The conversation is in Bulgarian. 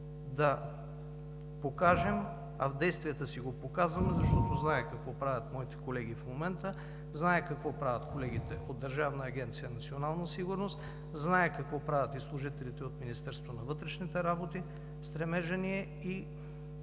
да покажем, а с действията си го показваме, защото зная какво правят моите колеги в момента, зная какво правят колегите от Държавната агенция „Национална сигурност“, зная какво правят и служителите от Министерството на вътрешните работи и стремежът ни